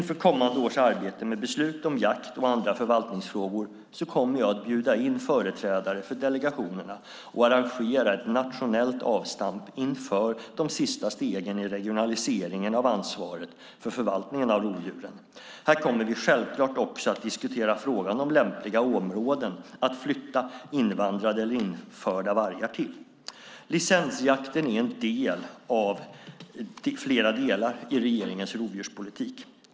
Inför kommande års arbete med beslut om jakt och andra förvaltningsfrågor kommer jag att bjuda in företrädare för delegationerna och arrangera ett nationellt avstamp inför de sista stegen i regionaliseringen av ansvaret för förvaltningen av rovdjuren. Här kommer vi självklart också att diskutera frågan om lämpliga områden att flytta invandrade eller införda vargar till. Licensjakten är en del av flera delar i regeringens rovdjurspolitik.